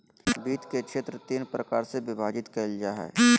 वित्त के क्षेत्र तीन प्रकार से विभाजित कइल जा हइ